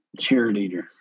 cheerleader